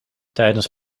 tijdens